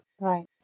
Right